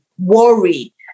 worry